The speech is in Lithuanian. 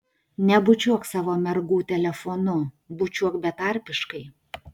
nebučiuok savo mergų telefonu bučiuok betarpiškai